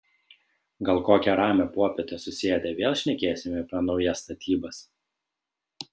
gal kokią ramią popietę susėdę vėl šnekėsimės apie naujas statybas